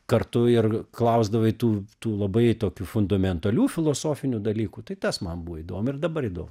kartu ir klausdavai tų tų labai tokių fundamentalių filosofinių dalykų tai tas man buvo įdomu ir dabar įdomu